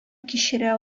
кичерә